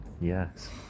yes